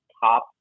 top